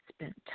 spent